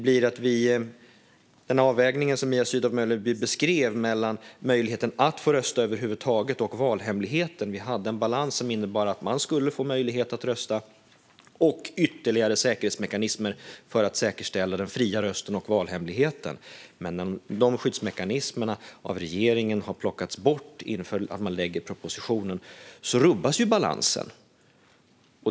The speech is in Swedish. När det gäller avvägningen som Mia Sydow Mölleby beskrev mellan möjligheten att få rösta över huvud taget och valhemligheten hade vi en balans som innebar att man skulle få möjlighet att rösta och att det skulle finnas ytterligare säkerhetsmekanismer för att den fria rösten och valhemligheten skulle kunna säkerställas. Men när de skyddsmekanismerna har plockats bort av regeringen inför att man lägger propositionen rubbas balansen.